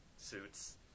suits